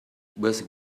but